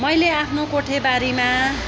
मैले आफ्नो कोठेबारीमा